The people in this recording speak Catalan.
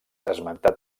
esmentat